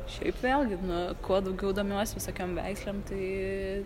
šiaip vėlgi nu kuo daugiau domiuos visokiom veislėm tai